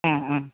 ആ ആ